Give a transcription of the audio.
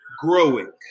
growing